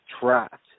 Trapped